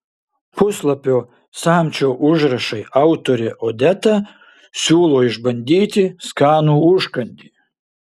puslapio samčio užrašai autorė odeta siūlo išbandyti skanų užkandį